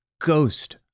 ghost